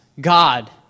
God